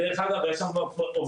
דרך אגב, יש עובדים